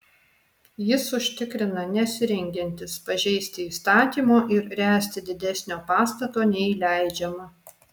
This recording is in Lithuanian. jis užtikrina nesirengiantis pažeisti įstatymo ir ręsti didesnio pastato nei leidžiama